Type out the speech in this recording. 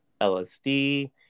LSD